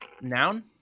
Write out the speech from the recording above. Noun